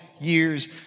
years